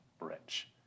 rich